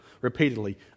repeatedly